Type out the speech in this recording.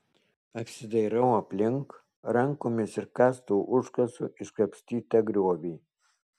apsidairau aplink rankomis ir kastuvu užkasu iškapstytą griovį